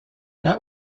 that